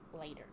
later